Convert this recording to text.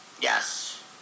Yes